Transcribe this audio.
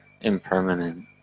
impermanent